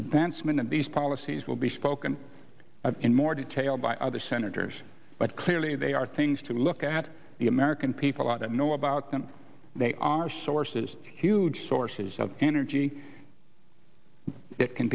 dance man and these policies will be spoken of in more detail by other senators but clearly they are things to look at the american people are that know about them they are sources huge sources of energy that can